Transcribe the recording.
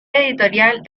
editorial